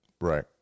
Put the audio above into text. Right